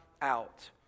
out